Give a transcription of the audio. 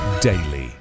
daily